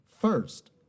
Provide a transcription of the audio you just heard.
First